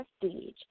prestige